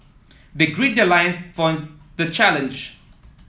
they gird their loins for the challenge